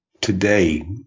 today